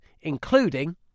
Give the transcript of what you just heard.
including